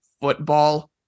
football